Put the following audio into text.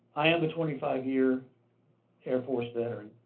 i am a twenty five year air force veteran.